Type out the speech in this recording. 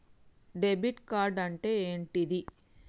Debit card అంటే ఏంటిది?